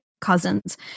cousins